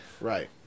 Right